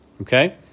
okay